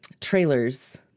trailers